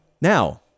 Now